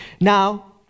Now